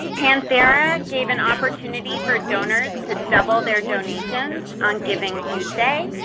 panthera gave an opportunity for donors to double their donations on givingtuesday.